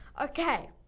okay